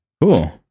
Cool